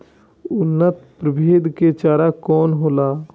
उन्नत प्रभेद के चारा कौन होला?